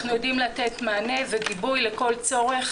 אנחנו יודעים לתת מענה וגיבוי לכל צורך,